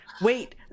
wait